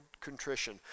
contrition